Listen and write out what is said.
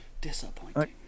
Disappointing